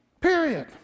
Period